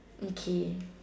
okay